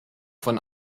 von